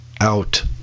out